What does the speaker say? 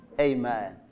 Amen